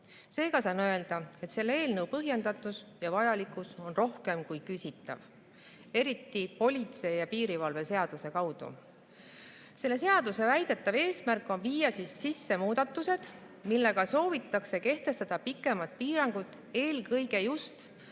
Seega saan öelda, et selle eelnõu põhjendatus ja vajalikkus on rohkem kui küsitav, eriti politsei ja piirivalve seaduse [eelnõuna]. Selle seaduse väidetav eesmärk on viia sisse muudatused, millega soovitakse kehtestada pikemad piirangud, eelkõige just